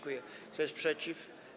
Kto jest przeciw?